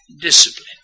Discipline